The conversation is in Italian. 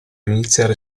iniziare